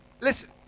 Listen